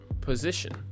position